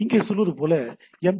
இங்கே சொல்வது போல் எம்